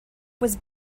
was